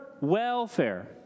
welfare